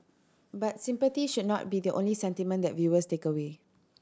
but sympathy should not be the only sentiment that viewers take away